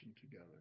together